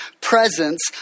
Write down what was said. presence